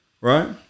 right